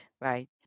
right